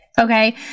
Okay